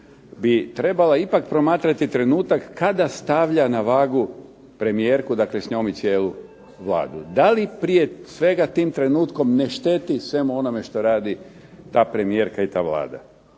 bi trebala ipak promatrati trenutak kada stavlja na vagu premijerku, dakle s njom i cijelu Vladu. Da li prije svega tim trenutkom ne šteti svemu onome što radi ta premijerka i ta Vlada.